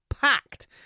packed